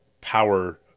power